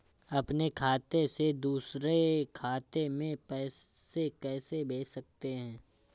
अपने खाते से दूसरे खाते में पैसे कैसे भेज सकते हैं?